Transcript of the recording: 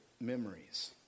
memories